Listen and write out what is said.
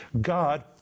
God